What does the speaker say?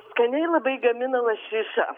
skaniai labai gamina lašišą